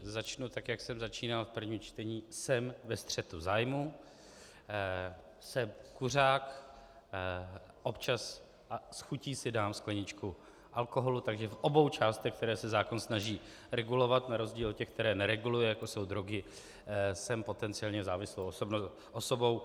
Začnu tak, jak jsem začínal v prvním čtení: Jsem ve střetu zájmů, jsem kuřák, občas a s chutí si dám skleničku alkoholu, takže v obou částech, které se zákon snaží regulovat, na rozdíl od těch, které nereguluje, jako jsou drogy, jsem potenciálně závislou osobou.